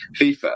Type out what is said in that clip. FIFA